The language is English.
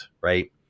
right